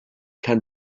can